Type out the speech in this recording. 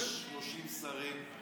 ויש 30 שרים,